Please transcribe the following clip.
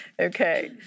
Okay